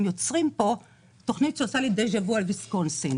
יוצרים כאן תכנית שגורמת לי דז'ה וו על ויסקונסין.